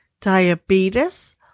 diabetes